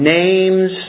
names